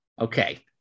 Okay